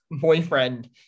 boyfriend